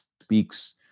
speaks